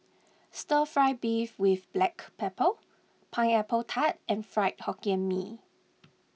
Stir Fry Beef with Black Pepper Pineapple Tart and Fried Hokkien Mee